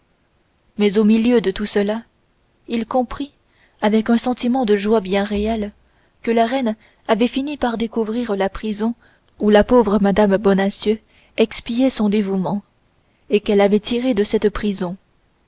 mais au milieu de tout cela il comprit avec un sentiment de joie bien réel que la reine avait fini par découvrir la prison où la pauvre mme bonacieux expiait son dévouement et qu'elle l'avait tirée de cette prison